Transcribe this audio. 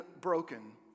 broken